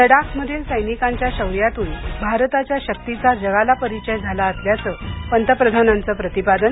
लडाखमधील सैनिकांच्या शौर्यातून भारताच्या शक्तीचा जगाला परिचय झाला असल्याचं पंतप्रधानांचं प्रतिपादन